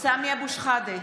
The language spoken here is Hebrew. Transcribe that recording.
סמי אבו שחאדה,